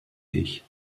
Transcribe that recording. ich